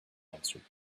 answered